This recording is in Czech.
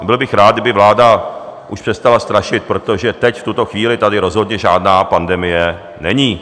Byl bych rád, kdyby vláda už přestala strašit, protože teď, v tuto chvíli, tady rozhodně žádná pandemie není.